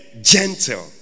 gentle